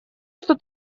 что